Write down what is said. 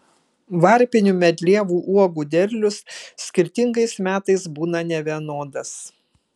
varpinių medlievų uogų derlius skirtingais metais būna nevienodas